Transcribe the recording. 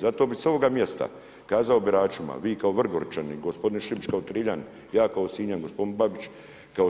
Zato bi sa ovoga mjesta kazao biračima vi kao Vrgorčani, gospodin … kao Triljan, ja kao Sinjan, gospodin Babić